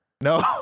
No